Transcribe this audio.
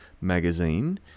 magazine